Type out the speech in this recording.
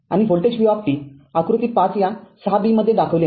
आणि voltage v आकृती ५ या ६ b मध्ये दाखविले आहे